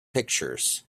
pictures